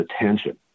attention